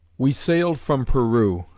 we sailed from peru,